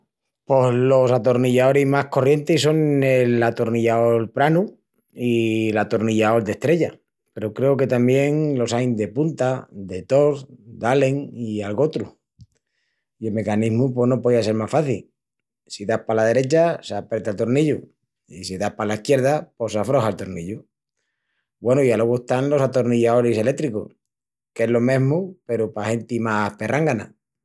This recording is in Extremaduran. Pos los atornillaoris más corrientis sonin el atornillaol pranu i l'atornillaol d'estrella, peru creu que tamién los ain de punta, de Torx, d'allen i algotrus. I el mecanismu pos no poía sel más faci. Si das pala derecha s'apreta el tornillu i si das pala esquierda pos s'afroxa el tornillu. Güenu, i alogu están los atornillaoris elétricus, qu'es lo mesmu peru pa genti más perrángana.